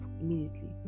immediately